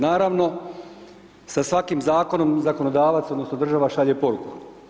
Naravno sa svakim zakonom, zakonodavac, odnosno država šalje poruku.